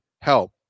help